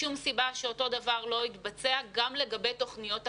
אין שום סיבה שאותו הדבר דלא יתבצע גם לגבי תוכניות החינוך.